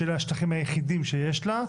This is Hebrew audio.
שאלה השטחים היחידים שיש לה,